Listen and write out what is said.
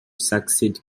succeed